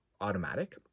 automatic